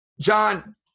John